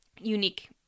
unique